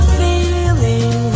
feeling